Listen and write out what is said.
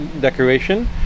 decoration